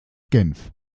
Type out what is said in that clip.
genf